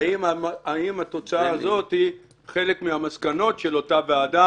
אני שואל: האם התוצאה הזאת היא חלק מהמסקנות של אותה ועדה?